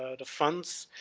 ah the funds,